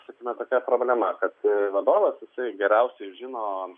sakykime tokia problema kad vadovas jisai geriausiai žino